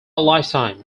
lifetime